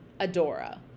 Adora